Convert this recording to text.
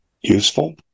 useful